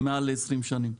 מעל 20 שנים.